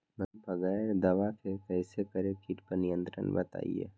बगैर दवा के कैसे करें कीट पर नियंत्रण बताइए?